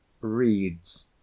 reads